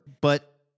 But-